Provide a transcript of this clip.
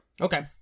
Okay